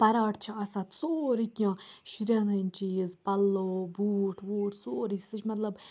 پَراٹھ چھِ آسان سورُے کینٛہہ شُرٮ۪ن ہٕنٛدۍ چیٖز پَلو بوٗٹھ ووٗٹھ سورُے سُہ چھِ مطلب